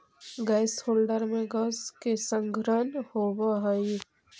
gas holder में gas के संग्रहण होवऽ हई